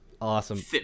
Awesome